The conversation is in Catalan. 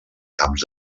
camps